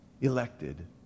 elected